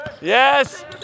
Yes